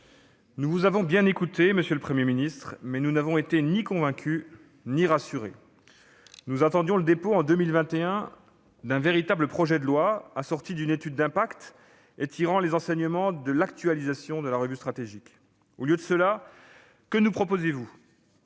Nous vous avons bien écouté, monsieur le Premier ministre, mais nous n'avons été ni convaincus ni rassurés. Nous attendions le dépôt, en 2021, d'un véritable projet de loi, assorti d'une étude d'impact et tirant les enseignements de l'actualisation de la revue stratégique. Au lieu de cela, que nous proposez-vous ?